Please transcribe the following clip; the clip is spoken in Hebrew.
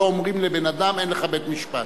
לא אומרים לבן-אדם אין לך בית-משפט.